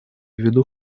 виду